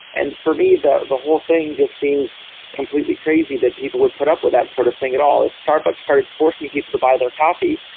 and for me the the whole thing just seems completely crazy that people would put up with that sort of thing at all if starbucks started forcing people to buy their coffee,